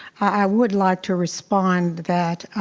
i would like to respond that